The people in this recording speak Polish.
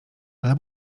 ale